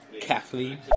Kathleen